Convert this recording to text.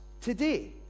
today